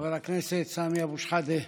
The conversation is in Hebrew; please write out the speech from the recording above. חבר הכנסת סמי אבו שחאדה,